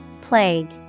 Plague